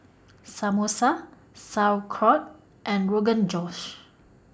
Samosa Sauerkraut and Rogan Josh